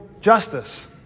justice